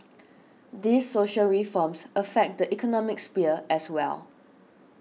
these social reforms affect the economic sphere as well